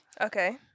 Okay